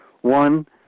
One